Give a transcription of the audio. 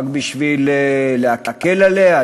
רק בשביל להקל עליה,